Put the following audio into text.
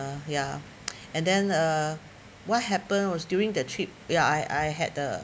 ya and then uh what happened was during the trip ya I I I had the